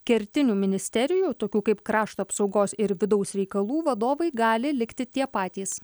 kertinių ministerijų tokių kaip krašto apsaugos ir vidaus reikalų vadovai gali likti tie patys